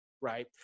right